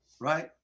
Right